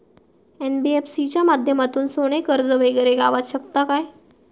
NBFC च्या माध्यमातून सोने कर्ज वगैरे गावात शकता काय?